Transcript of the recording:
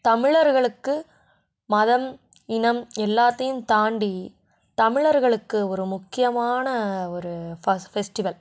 தமிழர்களுக்கு மதம் இனம் எல்லாத்தையும் தாண்டி தமிழர்களுக்கு ஒரு முக்கியமான ஒரு பஸ்ட் ஃபெஸ்டிவல்